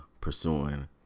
pursuing